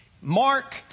Mark